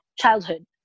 childhood